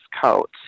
coat